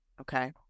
Okay